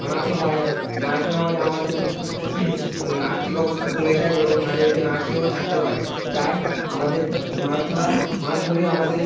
মাছও হয় না মাছ না হলে আমাদের আর্থিক অবস্থা কমে যায় এবং মাঝে মধ্যে না খেয়েও থাকতে হয় তাই আমাদের মাছ ধরা মাছ ধরে আমাদের